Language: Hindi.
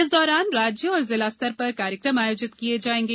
इस दौरान राज्य और जिला स्तर पर कार्यक्रम आयोजित किये जायेगें